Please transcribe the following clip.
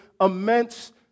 immense